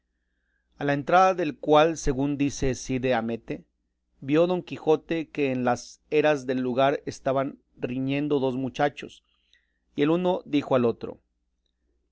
a la entrada del cual según dice cide hamete vio don quijote que en las eras del lugar estaban riñendo dos mochachos y el uno dijo al otro